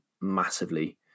massively